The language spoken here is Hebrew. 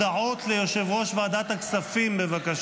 הצעת חוק שירות לאומי-אזרחי (תיקון מס' 4),